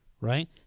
Right